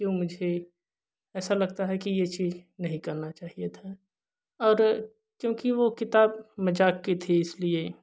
क्यों मुझे ऐसा लगता है कि यह चीज़ नहीं करना चाहिए था और क्योंकि वह किताब मज़ाक़ की थी इसलिए